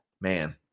Man